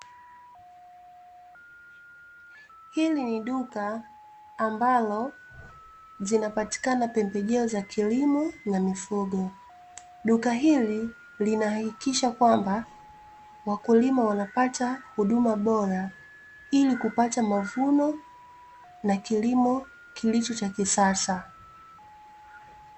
Hili ni duka ambalo zinapatikana pembejeo za kilimo na mifugo, duka hili linahakikisha kwamba wakulima wanapata huduma bora ili kupata mavuno na kilimo kilicho cha kisasa .